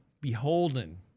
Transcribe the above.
beholden